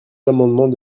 l’amendement